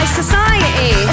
society